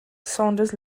saunders